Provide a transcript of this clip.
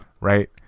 right